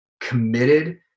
committed